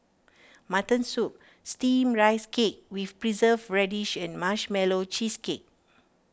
Mutton Soup Steamed Rice Cake with Preserved Radish and Marshmallow Cheesecake